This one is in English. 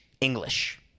English